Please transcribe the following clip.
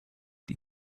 die